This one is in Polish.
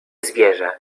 zwierzę